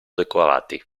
decorati